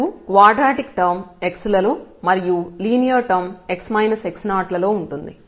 మనకు quadratic term x లలో మరియు linear term x x0 term లలో ఉంటుంది